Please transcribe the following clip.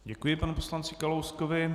Děkuji panu poslanci Kalouskovi.